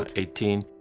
but eighteen.